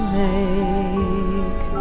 make